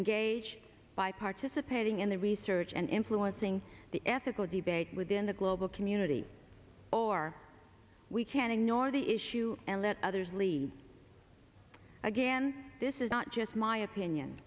engage by participating in the research and influencing the ethical debate within the global community or we can ignore the issue and let others lead again this is not just my opinion